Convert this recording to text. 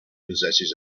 possesses